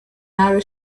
narrow